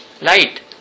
light